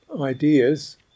ideas